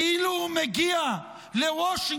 כאילו הוא מגיע לוושינגטון